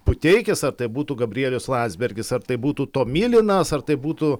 puteikis ar tai būtų gabrielius landsbergis ar tai būtų tomilinas ar tai būtų